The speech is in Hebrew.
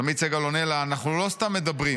אז עמית סגל עונה לה: אנחנו לא סתם מדברים.